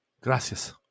Gracias